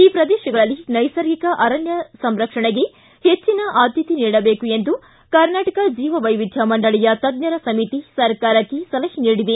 ಈ ಪ್ರದೇಶಗಳಲ್ಲಿ ನೈಸರ್ಗಿಕ ಅರಣ್ಯ ಸಂರಕ್ಷಣೆಗೆ ಹೆಚ್ಚಿನ ಆದ್ಯತೆ ನೀಡಬೇಕು ಎಂದು ಕರ್ನಾಟಕ ಜೀವವೈವಿಧ್ಯ ಮಂಡಳಿಯ ತಜ್ಞರ ಸಮಿತಿ ಸರ್ಕಾರಕ್ಕೆ ಸಲಹೆ ನೀಡಿದೆ